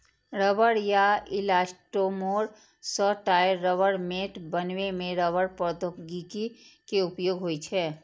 रबड़ या इलास्टोमोर सं टायर, रबड़ मैट बनबै मे रबड़ प्रौद्योगिकी के उपयोग होइ छै